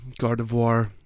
Gardevoir